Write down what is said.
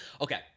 Okay